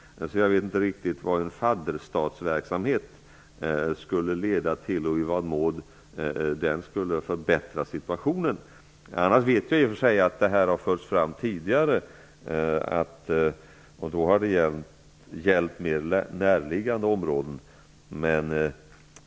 Jag vet inte vad en fadderstatsverksamhet skulle leda till och i vad mån det skulle förbättra situationen. Jag vet att den här tanken har förts fram tidigare. Då har det gällt mer närliggande områden.